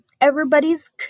Everybody's